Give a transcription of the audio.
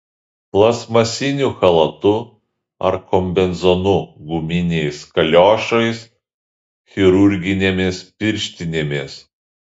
plastmasiniu chalatu ar kombinezonu guminiais kaliošais chirurginėmis pirštinėmis